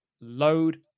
Load